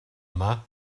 yma